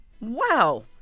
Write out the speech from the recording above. Wow